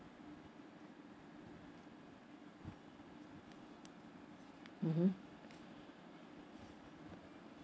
mmhmm